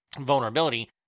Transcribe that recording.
vulnerability